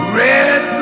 red